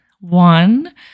one